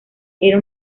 era